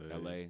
LA